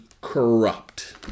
corrupt